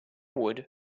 wood